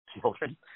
children